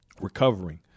recovering